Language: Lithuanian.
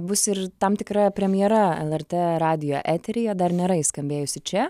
bus ir tam tikra premjera lrt radijo eteryje dar nėra ji skambėjusi čia